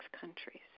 countries